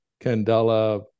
candela